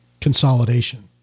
consolidation